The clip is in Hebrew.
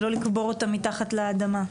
ולא לקבור אותם מתחת לאדמה.